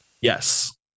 Yes